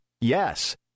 Yes